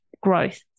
growth